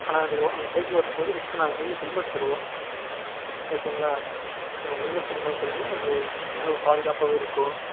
ஆனால் அது அந்த சைக்கிளு ஓட்டும்போது முக்கியமாக நாங்கள் ஹெல்மெட் ஹெல்மெட் தருவோம் ஓகேங்களா ஹெல்மெட் தரும்போது பார்த்திங்கனா அது நல்ல ஒரு பாதுகாப்பாகவும் இருக்கும்